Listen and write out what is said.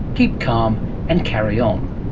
keep calm and carry um